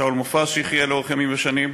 שאול מופז, שיחיה לאורך ימים ושנים,